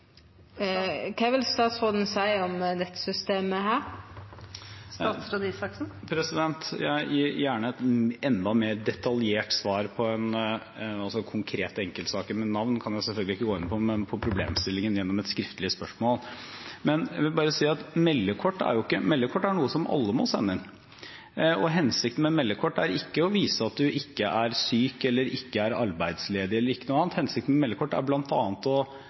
vil statsråden seia om dette systemet? Jeg gir gjerne et enda mer detaljert svar på problemstillingen gjennom et skriftlig spørsmål, men konkrete enkeltsaker med navn kan jeg selvfølgelig ikke gå inn på. Jeg vil bare si at meldekort er noe som alle må sende inn, og hensikten med meldekort er ikke å vise at du ikke er syk, eller er ikke er arbeidsledig, eller ikke noe annet. Hensikten med meldekort er